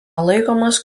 laikomas